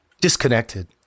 disconnected